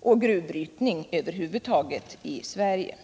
och gruvbrytning över huvud taget i Sverige.